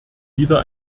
wieder